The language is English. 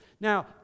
Now